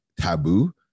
taboo